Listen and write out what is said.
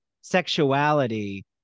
sexuality